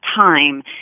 time